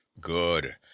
good